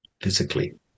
physically